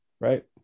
Right